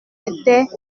était